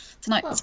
Tonight